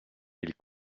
ils